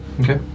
Okay